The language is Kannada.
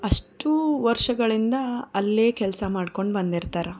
ಅಷ್ಟೂ ವರ್ಷಗಳಿಂದ ಅಲ್ಲೇ ಕೆಲಸ ಮಾಡ್ಕೊಂಡು ಬಂದಿರ್ತಾರೆ